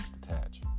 detach